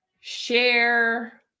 share